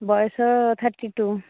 ବୟସ thirty two